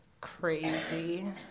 crazy